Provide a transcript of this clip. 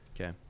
Okay